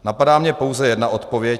Napadá mě pouze jedna odpověď.